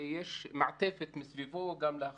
יש סביבו מעטפת להכשרות,